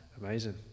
Amazing